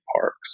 parks